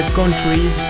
countries